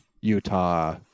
utah